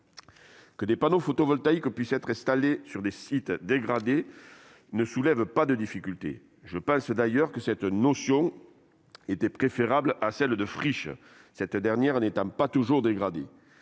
Que des panneaux photovoltaïques puissent être installés sur des sites dégradés ne soulève pas de difficultés. Je pense d'ailleurs que cette notion était préférable à celle de friches, celles-ci n'étant pas toujours dégradées.